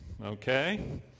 Okay